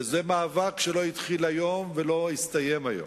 זה מאבק שלא התחיל היום ולא יסתיים היום